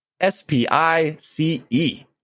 S-P-I-C-E